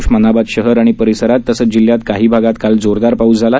उस्मानाबाद शहर आणि परिसरात तसंच जिल्ह्यात काहीभागात काल जोरदार पाऊस झाला